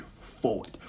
forward